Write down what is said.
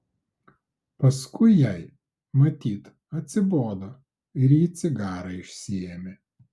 paskui jai matyt atsibodo ir ji cigarą išsiėmė